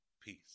Peace